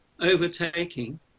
overtaking